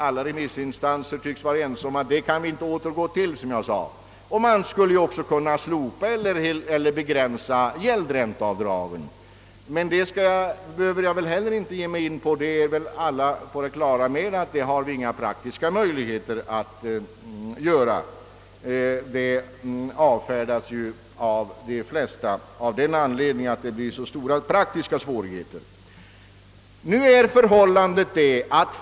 Alla remissinstanser tycks vara ense om att vi inte kan återgå till den metoden. Man skulle också kunna slopa eller begränsa gäldränteavdragen, men den frågan behöver jag inte heller ge mig in på. Alla är på det klara med att vi inte har några praktiska möjligheter att göra det.